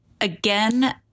Again